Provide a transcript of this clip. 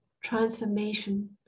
transformation